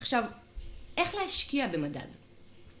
עכשיו, איך להשקיע במדד?